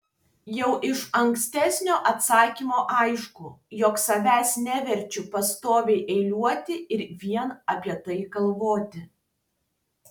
jau iš ankstesnio atsakymo aišku jog savęs neverčiu pastoviai eiliuoti ir vien apie tai galvoti